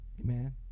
Amen